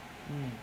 mm